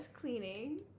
cleaning